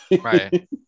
Right